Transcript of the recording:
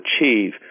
achieve